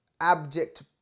abject